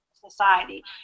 society